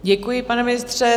Děkuji, pane ministře.